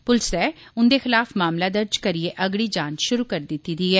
पुलसै उंदे खलाफ मामला दर्ज करियै अगड़ी जांच शुरु करी दित्ती दी ऐ